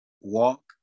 walk